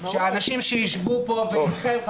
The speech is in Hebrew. שאנשים שיישבו פה ואיתכם,